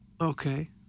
Okay